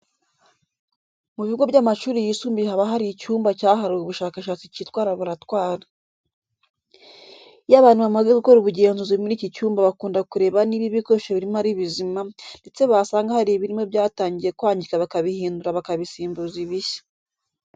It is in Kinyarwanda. Mu bigo by'amashuri yisumbuye haba hari icyumba cyahariwe ubushakashatsi cyitwa laboratwari. Iyo abantu bamaze gukora ubugenzuzi muri iki cyumba bakunda kureba niba ibikoresho birimo ari bizima, ndetse basanga hari ibirimo byatangiye kwangirika bakabihindura bakabisimbuza ibishya.